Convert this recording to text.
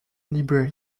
library